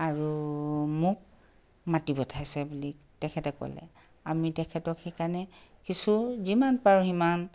আৰু মোক মাতি পঠাইছে বুলি তেখেতে ক'লে আমি তেখেতক সেইকাৰণে কিছু যিমান পাৰো সিমান